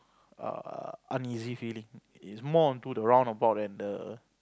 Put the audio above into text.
err uneasy feeling it's more onto roundabout and the